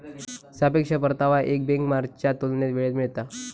सापेक्ष परतावा एक बेंचमार्कच्या तुलनेत वेळेत मिळता